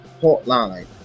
hotline